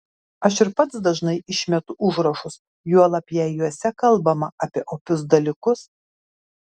aš ir pats dažnai išmetu užrašus juolab jei juose kalbama apie opius dalykus